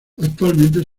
actualmente